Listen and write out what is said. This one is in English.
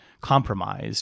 compromised